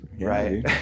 Right